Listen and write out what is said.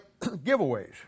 giveaways